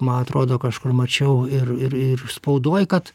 man atrodo kažkur mačiau ir ir ir spaudoj kad